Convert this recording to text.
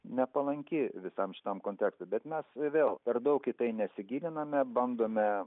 nepalanki visam šitam kontekstui bet mes vėl per daug į tai nesigiliname bandome